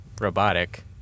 robotic